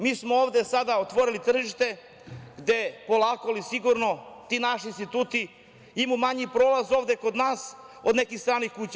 Mi smo ovde sada otvorili tržište gde polako ali sigurno ti naši instituti imaju manji prolaz ovde kod nas od nekih stranih kuća.